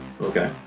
Okay